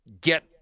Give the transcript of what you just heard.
get